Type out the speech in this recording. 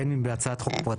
בין אם בהצעת חוק פרטית,